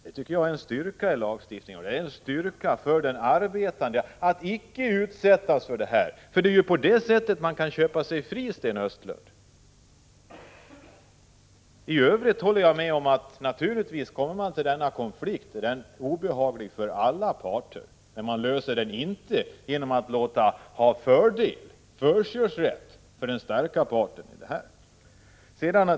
Det tycker jag vore en styrka i lagstiftningen, och det är en styrka för den arbetande att icke behöva utsättas för sådant här. Det är ju på detta sätt arbetsgivaren kan köpa sig fri, Sten Östlund. I övrigt håller jag med om att en konflikt naturligtvis är obehaglig för alla parter, men den löses inte genom att man ger den starka parten fördelar.